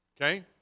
Okay